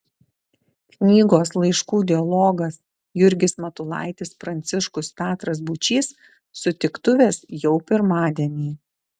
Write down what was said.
knygos laiškų dialogas jurgis matulaitis pranciškus petras būčys sutiktuvės jau pirmadienį